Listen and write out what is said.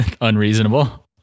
unreasonable